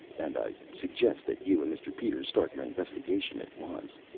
and i suggest that you and mr. peters start your investigation at once.